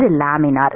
இது லேமினார்